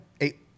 eight